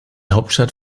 hauptstadt